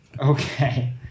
Okay